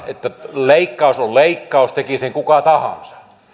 leikkaus on leikkaus teki sen kuka